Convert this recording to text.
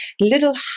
little